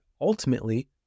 ultimately